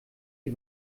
die